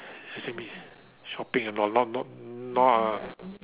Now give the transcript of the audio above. does that mean shopping ah not not not uh